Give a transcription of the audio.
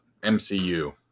MCU